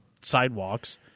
sidewalks